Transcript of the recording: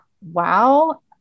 wow